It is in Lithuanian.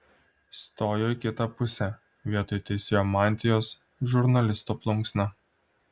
stojo į kitą pusę vietoj teisėjo mantijos žurnalisto plunksna